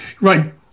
right